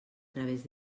través